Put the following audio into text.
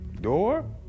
door